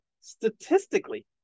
statistically